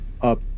up